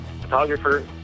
photographer